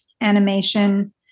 animation